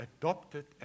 adopted